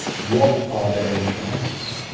what are their interests,